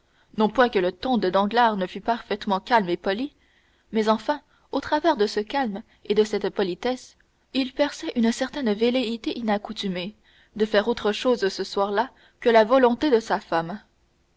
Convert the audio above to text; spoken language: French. non point que le ton de danglars ne fût parfaitement calme et poli mais enfin au travers de ce calme et de cette politesse il perçait une certaine velléité inaccoutumée de faire autre chose ce soir-là que la volonté de sa femme